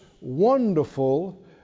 wonderful